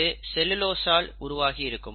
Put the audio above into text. இது செலுலோஸ் ஆல் உருவாகி இருக்கும்